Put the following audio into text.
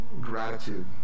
gratitude